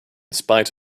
spite